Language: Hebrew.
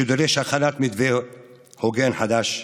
שדורש הכנת מתווה הוגן חדש.